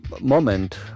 moment